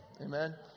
Amen